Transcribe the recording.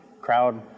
crowd